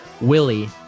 Willie